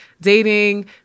dating